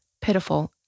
Pitiful